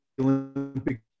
Olympic